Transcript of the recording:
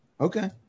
Okay